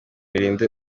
irinde